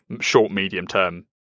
short-medium-term